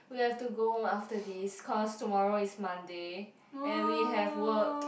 we have to go home after this cause tomorrow is Monday and we have work